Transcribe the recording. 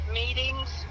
meetings